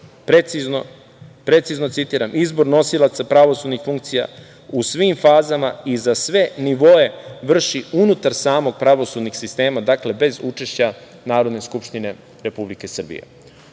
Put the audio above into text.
precizno citiram: „Izbor nosilaca pravosudnih funkcija u svim fazama i za sve nivoe vrši unutar samog pravosudnih sistema“. Dakle, bez učešća Narodne skupštine Republike Srbije. Ovo